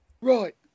Right